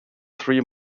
three